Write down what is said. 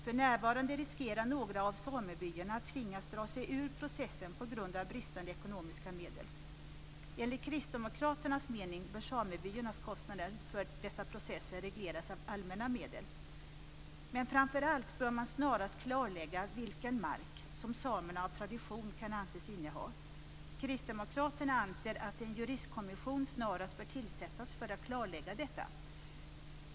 För närvarande riskerar några av samebyarna att tvingas dra sig ur processen på grund av bristande ekonomiska medel. Enligt Kristdemokraternas mening bör samebyarnas kostnader för dessa processer regleras med allmänna medel. Men framför allt bör man snarast klarlägga vilken mark som samerna av tradition kan anses inneha. Kristdemokraterna anser att en juristkommission snarast bör tillsättas för att klarlägga detta.